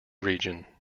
region